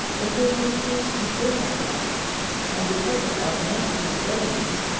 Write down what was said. the king was pleased to hear that offer and because it augmented his revenues,